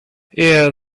yeah